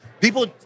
people